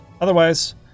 otherwise